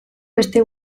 beste